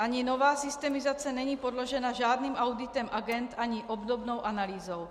Ani nová systemizace není podložena žádným auditem agend ani obdobnou analýzou.